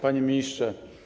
Panie Ministrze!